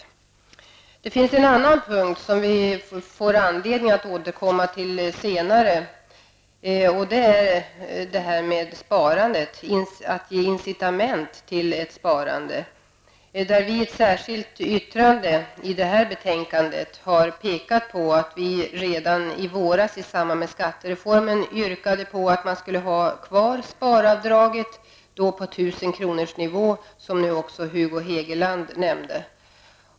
Det finns en annan punkt som vi får anledning att återkomma till senare, nämligen att ge incitament till sparande. Vi har i ett särskilt yttrande i detta betänkande pekat på att vi redan i våras i samband med beslutet om skattereformen yrkade på att sparavdraget skulle vara kvar på tusenkronorsnivån, vilket även Hugo Hegeland nämnde.